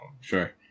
Sure